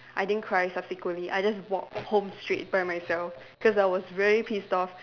I didn't cry subsequently I just walk home straight by myself cause I was very pissed off